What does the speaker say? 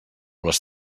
les